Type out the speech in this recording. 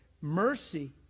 mercy